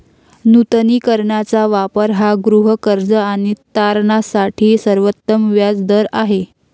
नूतनीकरणाचा वापर हा गृहकर्ज आणि तारणासाठी सर्वोत्तम व्याज दर आहे